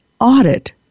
Audit